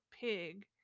pig